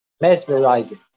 mesmerizing